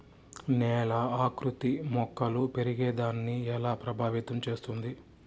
నేల ఆకృతి మొక్కలు పెరిగేదాన్ని ఎలా ప్రభావితం చేస్తుంది?